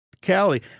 Cali